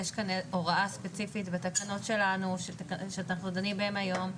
יש כאן הוראה ספציפית בתקנות שלנו שאנחנו דנים בהן היום,